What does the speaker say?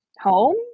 home